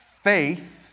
Faith